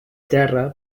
terra